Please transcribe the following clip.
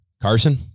Carson